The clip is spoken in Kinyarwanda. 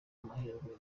amahirwe